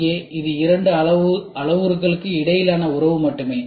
இங்கே இது இரண்டு அளவுருக்களுக்கு இடையிலான உறவு மட்டுமே